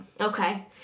Okay